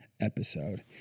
episode